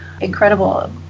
incredible